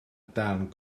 darn